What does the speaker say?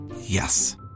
Yes